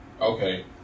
Okay